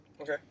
Okay